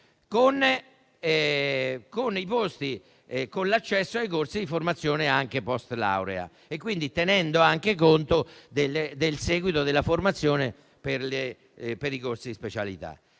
con l'accesso ai corsi di formazione post-laurea, tenendo conto anche del seguito della formazione per i corsi di specialità.